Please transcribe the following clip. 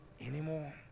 anymore